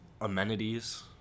amenities